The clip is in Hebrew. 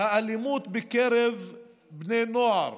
האלימות בקרב בני נוער